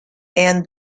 and